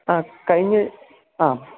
ആ കഴിഞ്ഞ് ആ